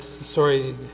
sorry